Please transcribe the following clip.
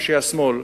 אנשי השמאל,